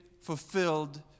fulfilled